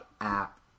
app